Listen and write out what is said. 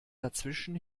dazwischen